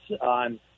on